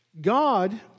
God